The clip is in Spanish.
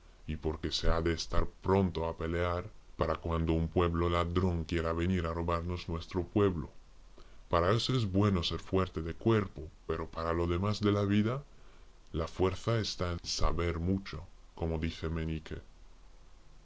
y porque se ha de estar pronto a pelear para cuando un pueblo ladrón quiera venir a robarnos nuestro pueblo para eso es bueno ser fuerte de cuerpo pero para lo demás de la vida la fuerza está en saber mucho como dice meñique